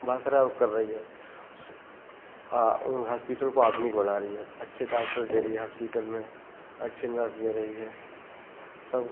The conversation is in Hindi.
भारत सरकार और कर रही है उस उन हास्पिटल को आधुनिक बना रही है अच्छे डाक्टर दे रही है हास्पिटल में अच्छे नर्स दे रही है सब